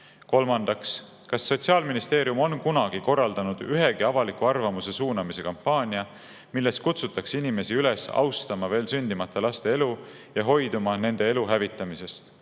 Kolmandaks: "Kas Sotsiaalministeerium on kunagi korraldanud ühegi avaliku arvamuse suunamise kampaania, milles kutsutakse inimesi üles austama veel sündimata laste elu ja hoiduma nende elu hävitamisest?